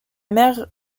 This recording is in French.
mer